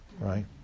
right